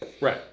Right